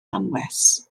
anwes